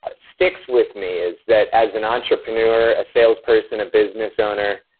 ah sticks with me is that as an entrepreneur, a salesperson, a business owner.